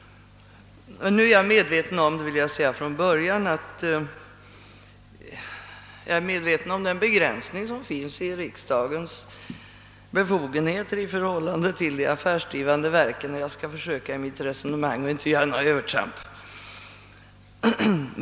Jag vill från början säga ifrån att jag är medveten om den begränsning som föreligger i riksdagens befogenheter i förhållande till de affärsdrivande verken, och jag skall försöka att i mitt resonemang inte göra några övertramp.